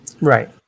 Right